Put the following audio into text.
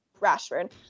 Rashford